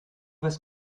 was